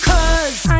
Cause